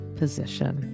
position